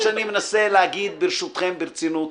ברשותכם, ברצינות,